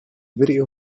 video